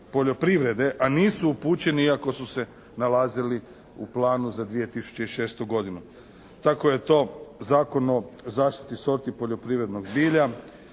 poljoprivrede, a nisu upućeni iako su se nalazili u planu za 2006. godinu. Tako je to Zakon o zaštiti sorti poljoprivrednog bilja,